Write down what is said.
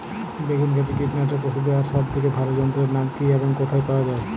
বেগুন গাছে কীটনাশক ওষুধ দেওয়ার সব থেকে ভালো যন্ত্রের নাম কি এবং কোথায় পাওয়া যায়?